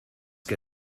que